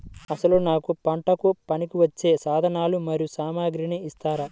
అసలు నాకు పంటకు పనికివచ్చే సాధనాలు మరియు సామగ్రిని ఇస్తారా?